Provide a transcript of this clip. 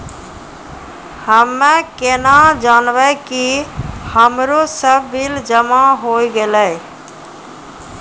हम्मे केना जानबै कि हमरो सब बिल जमा होय गैलै?